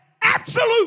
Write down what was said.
absolute